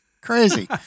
Crazy